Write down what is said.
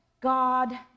God